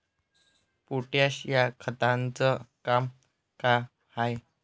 Potash या खताचं काम का हाय?